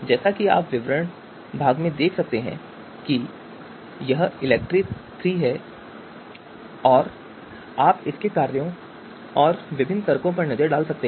जैसा कि आप विवरण भाग में देख सकते हैं कि यह ELECTRE III है और आप इसके कार्यों और विभिन्न तर्कों पर एक नज़र डाल सकते हैं